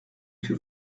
que